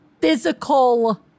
physical –